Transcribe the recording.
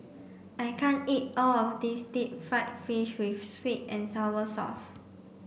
I can't eat all of this deep fried fish with sweet and sour sauce